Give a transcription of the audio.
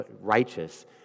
righteous